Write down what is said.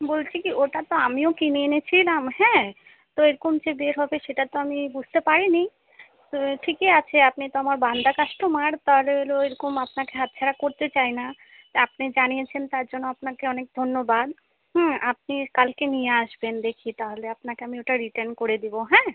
বলছি কি ওটা তো আমিও কিনে এনেছিলাম হ্যাঁ তো এরকম যে বের হবে সেটা তো আমি বুঝতে পারি নি তো ঠিকই আছে আপনি তো আমার বাঁধা কাস্টোমার তাহলে লো এরকম আপনাকে হাত ছাড়া করতে চাই না আপনি জানিয়েছেন তার জন্য আপনাকে অনেক ধন্যবাদ হ্যাঁ আপনি কালকে নিয়ে আসবেন দেখি তাহলে আপনাকে আমি ওটা রিটার্ন করে দিবো হ্যাঁ